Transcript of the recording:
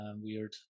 weird